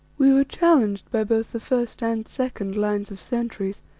we were challenged by both the first and second lines of sentries,